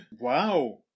Wow